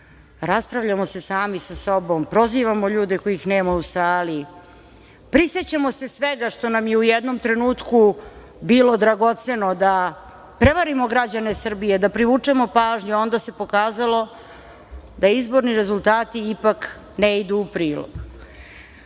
raspravljamo se sami sa sobom, prozivamo ljude kojih nema u sali, prisećamo se svega što nam je u jednom trenutku bilo dragoceno, da prevarimo građane Srbije, da privučemo pažnju i onda se pokazalo da izborni rezultati ipak ne idu u prilog.S